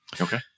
Okay